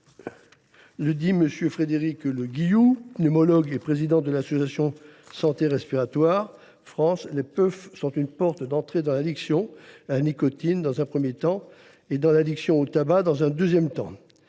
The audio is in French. souligne M. Frédéric Le Guillou, pneumologue et président de l’association Santé respiratoire France, les puffs sont « une porte d’entrée dans l’addiction à la nicotine dans un premier temps, et dans l’addiction au tabac dans un second temps.